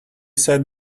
said